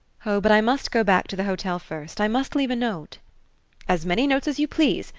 oh, but i must go back to the hotel first i must leave a note as many notes as you please.